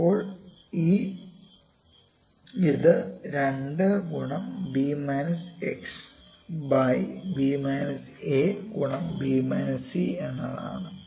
അപ്പോൾ ഇത് 2 ഗുണം b മൈനസ് x ബൈ ഗുണം എന്നതാണ്